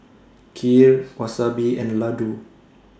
Kheer Wasabi and Ladoo